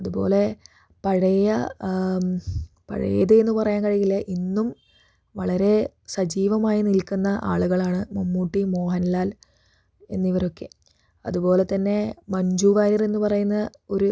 അതുപോലെ പഴയ പഴയത് എന്നുപറയാൻ കഴിയില്ല ഇന്നും വളരെ സജീവമായി നിൽക്കുന്ന ആളുകളാണ് മമ്മൂട്ടി മോഹൻലാൽ എന്നിവരൊക്കെ അതുപോലെത്തന്നെ മഞ്ജുവാര്യർ എന്നുപറയുന്ന ഒരു